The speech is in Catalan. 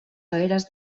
gaires